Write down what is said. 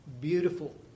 beautiful